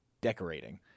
decorating